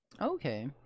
okay